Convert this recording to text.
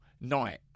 night